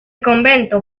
convento